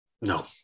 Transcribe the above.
No